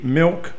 milk